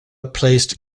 placed